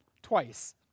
Twice